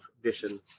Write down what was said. edition